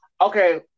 okay